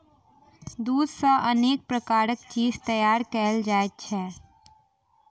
दूध सॅ अनेक प्रकारक चीज तैयार कयल जाइत छै